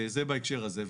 זה בהקשר הזה.